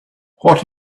what